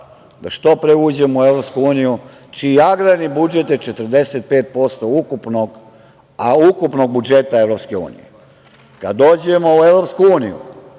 da što pre uđemo u EU, čiji agrarni budžet je 45% ukupnog budžeta EU. Kad dođemo u EU,